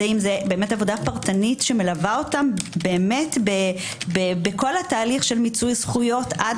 זה אם זה עם עבודה פרטנית שמלווה אותם בכל התהליך של מיצוי זכויות עד